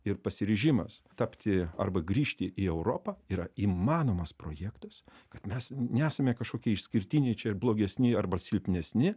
ir pasiryžimas tapti arba grįžti į europą yra įmanomas projektas kad mes nesame kažkokie išskirtiniai čia blogesni arba silpnesni